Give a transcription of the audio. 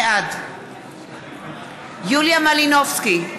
בעד יוליה מלינובסקי,